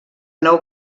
nou